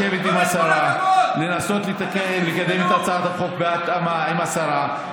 אני חושב, חבר הכנסת מלכיאלי, לא תיאמו עם השרה.